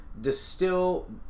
distill